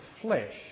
flesh